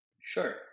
Sure